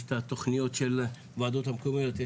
יש את התכניות של הוועדות המקומיות.